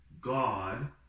God